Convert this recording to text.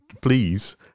Please